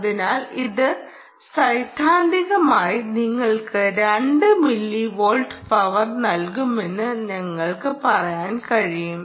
അതിനാൽ ഇത് സൈദ്ധാന്തികമായി നിങ്ങൾക്ക് 2 മില്ലി വാട്ട് പവർ നൽകുമെന്ന് നിങ്ങൾക്ക് പറയാൻ കഴിയും